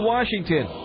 Washington